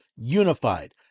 unified